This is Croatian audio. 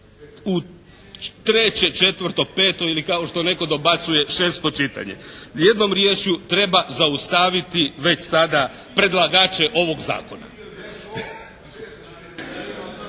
u treće, četvrto, peto ili kao što netko dobacuje šesto čitanje. Jednom riječju treba zaustaviti već sada predlagače ovog zakona.